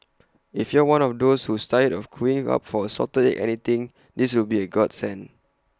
if you're one of those who's tired of queuing up for salted egg anything this will be A godsend